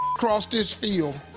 cross this field.